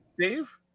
dave